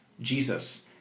Jesus